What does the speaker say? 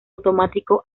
automático